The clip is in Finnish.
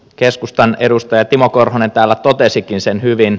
keskustan edustaja timo korhonen täällä totesikin sen hyvin